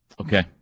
Okay